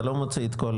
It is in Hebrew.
אתה לא מוצאי את כל?